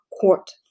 court